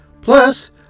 Plus